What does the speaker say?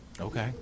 Okay